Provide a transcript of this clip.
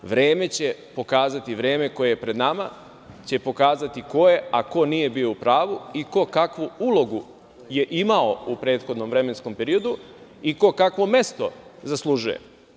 Vreme će pokazati, vreme koje je pred nama, će pokazati ko je, a ko nije bio u pravu i ko kakvu ulogu je imao u prethodnom vremenskom periodu i ko kakvo mesto zaslužuje.